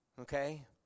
Okay